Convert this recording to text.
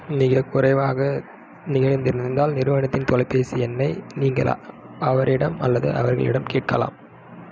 மிகக் குறைவாக நிகழ்ந்திருந்தால் நிறுவனத்தின் தொலைபேசி எண்ணை நீங்கள் அவரிடம் அல்லது அவர்களிடம் கேட்கலாம்